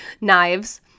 knives